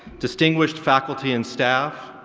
distinguished faculty and staff,